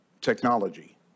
technology